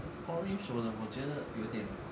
orange 我的我觉得有点